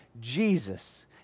jesus